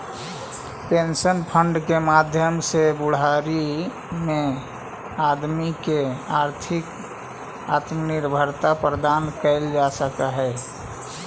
pension fund के माध्यम से बुढ़ारी में आदमी के आर्थिक आत्मनिर्भरता प्रदान कैल जा हई